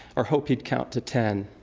or hope he'd count to ten.